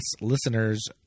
listeners